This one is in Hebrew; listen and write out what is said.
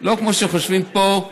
לא כמו שחושבים פה,